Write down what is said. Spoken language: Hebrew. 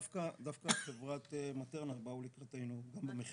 דווקא חברת מטרנה באו לקראתנו, גם במחיר.